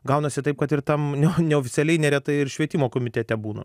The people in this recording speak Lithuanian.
gaunasi taip kad ir tam ne neoficialiai neretai ir švietimo komitete būnu